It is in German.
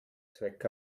zweck